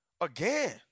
again –